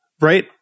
Right